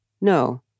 No